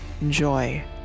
Enjoy